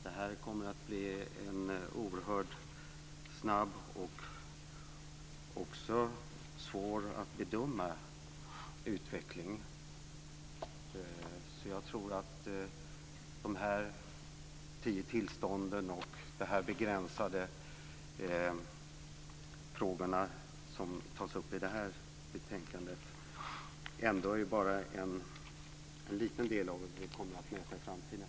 Det här kommer att bli en oerhört snabb och även svårbedömbar utveckling. Jag tror att de tio tillstånden och de begränsade frågor som tas upp i det här betänkandet bara är en liten del av det som vi kommer att möta i framtiden.